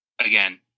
again